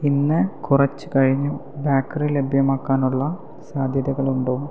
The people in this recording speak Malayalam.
ഇന്ന് കുറച്ചു കഴിഞ്ഞു ബേക്കറി ലഭ്യമാകാനുള്ള സാധ്യതകളുണ്ടോ